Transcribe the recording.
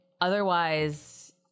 otherwise